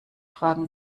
fragen